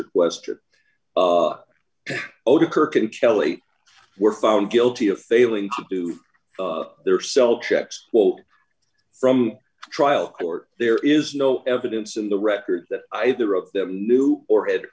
your question over kirk and kelly were found guilty of failing to do their cell checks quote from trial court there is no evidence in the record that either of them knew or had